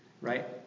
right